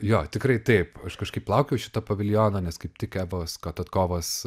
jo tikrai taip aš kažkaip laukiau šito paviljono nes kaip tik evos katotkovos